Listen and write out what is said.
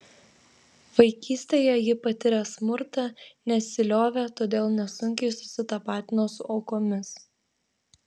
vaikystėje ji patyrė smurtą nesiliovė todėl nesunkiai susitapatino su aukomis